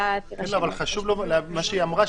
אבל חשוב מה שהיא אמרה,